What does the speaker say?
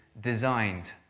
Designed